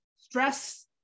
stress